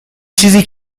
چیزی